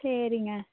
சரிங்க